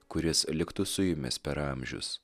kuris liktų su jumis per amžius